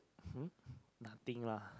hmm nothing lah